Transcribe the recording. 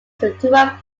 throughout